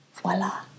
voila